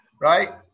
right